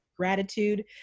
gratitude